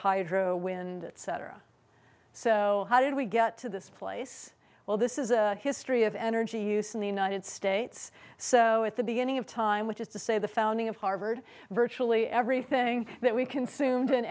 hydro wind cetera so how did we get to this place well this is a history of energy use in the united states so at the beginning of time which is to say the founding of harvard virtually everything that we consumed in